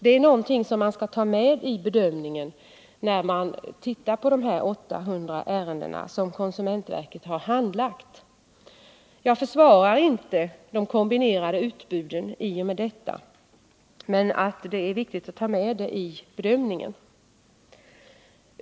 Det är något som man skall ta med i bedömningen, när man tittar på dessa 800 ärenden som konsumentverket har handlagt. Jag försvarar i och med detta inte de kombinerade utbuden, utan påpekar bara att det är viktigt att ta med detta i bedömningen.